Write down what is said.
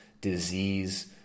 disease